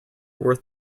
worth